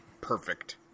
perfect